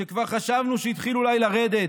שכבר חשבנו שהתחיל אולי לרדת.